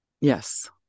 Yes